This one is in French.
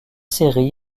série